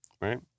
right